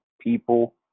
people